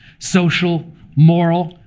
social, moral,